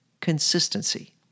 consistency